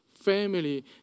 family